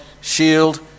shield